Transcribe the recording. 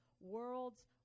world's